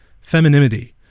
femininity